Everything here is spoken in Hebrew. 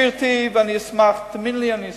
גברתי, ואני אשמח, תאמיני לי, אני אשמח,